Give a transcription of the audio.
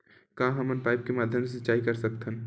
का हमन पाइप के माध्यम से सिंचाई कर सकथन?